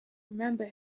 remember